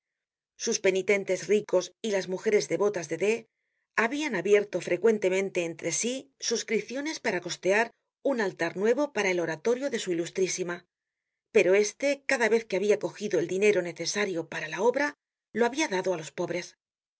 sus penitentes ricos y las mujeres devotas de d habian abierto frecuentemente entre sí suscriciones para costear un altar nuevo para el oratorio de su ilustrísima pero este cada vez que habia cogido el dinero necesario para la obra lo habia dado á los pobres el